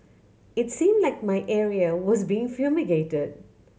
it seemed like my area was being fumigated